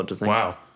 Wow